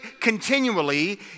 continually